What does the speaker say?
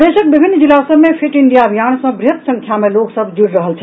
प्रदेश के विभिन्न जिलों में फिट इंडिया अभियान से बड़ी संख्या में लोग जुड़ रहे हैं